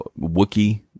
wookie